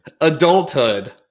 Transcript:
adulthood